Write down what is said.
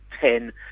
ten